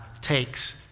takes